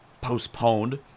postponed